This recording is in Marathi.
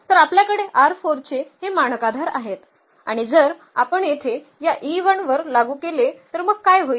तर आपल्याकडे चे हे मानक आधार आहेत आणि जर आपण येथे या वर लागू केले तर मग काय होईल